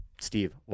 Steve